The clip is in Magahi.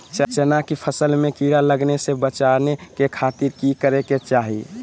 चना की फसल में कीड़ा लगने से बचाने के खातिर की करे के चाही?